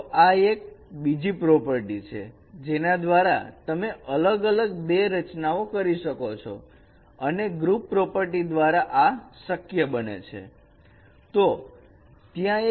તો આ એક બીજી પ્રોપર્ટી છે જેના દ્વારા તમે અલગ અલગ બે રચનાઓ કરી શકો અને ગ્રુપ પ્રોપર્ટી દ્વારા આ શક્ય બને છે